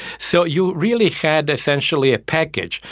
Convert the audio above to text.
so you really had essentially a package.